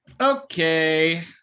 Okay